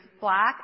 Black